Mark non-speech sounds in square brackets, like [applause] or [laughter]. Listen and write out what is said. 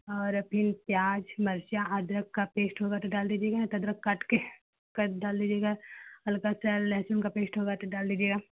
और अभी प्याज मर्चा अदरक का पेस्ट होगा तो डाल दीजिएगा नहीं तो अदरक काटकर [unintelligible] डाल दीजिएगा हल्का सा लहसुन का पेस्ट होगा तो डाल दीजिएगा